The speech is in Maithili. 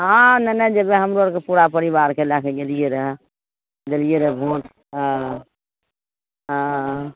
हँ नेने जेबै हमरो आरके पूरा परिवारके लऽ कऽ गेलियै रहए देलियै रहए भोंट हँ हँ